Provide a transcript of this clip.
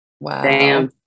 Wow